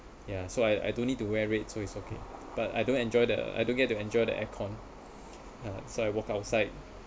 ya so I I don't need to wear red so it's okay but I don't enjoy the I don't get to enjoy the aircon uh so I walk outside